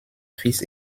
fils